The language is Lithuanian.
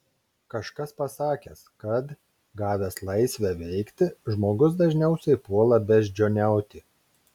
kažkas pasakęs kad gavęs laisvę veikti žmogus dažniausiai puola beždžioniauti